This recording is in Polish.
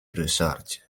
ryszardzie